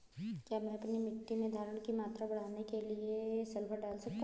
क्या मैं अपनी मिट्टी में धारण की मात्रा बढ़ाने के लिए सल्फर डाल सकता हूँ?